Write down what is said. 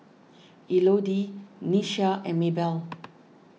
Elodie Nyasia and Maybell